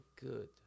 good